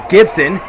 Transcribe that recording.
Gibson